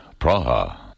Praha